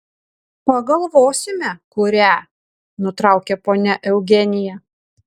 pagalvosime kurią nutraukė ponia eugenija